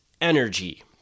energy